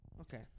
Okay